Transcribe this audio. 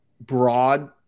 broad